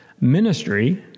ministry